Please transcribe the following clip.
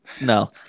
No